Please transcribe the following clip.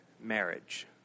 marriage